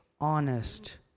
honest